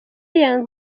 young